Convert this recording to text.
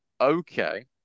okay